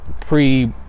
pre